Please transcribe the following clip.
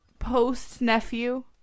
post-nephew